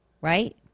right